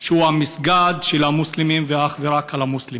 כך שהוא המסגד של המוסלמים ואך ורק של המוסלמים.